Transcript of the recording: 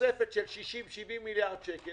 תוספת של 60 70 מיליארד שקל,